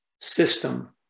system